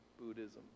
Buddhism